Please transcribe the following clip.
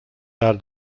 are